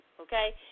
Okay